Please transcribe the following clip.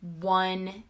one